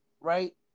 right